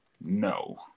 No